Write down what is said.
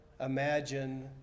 imagine